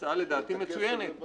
הצעה לדעתי מצוינת.